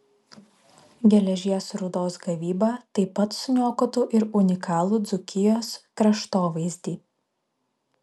geležies rūdos gavyba taip pat suniokotų ir unikalų dzūkijos kraštovaizdį